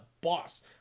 boss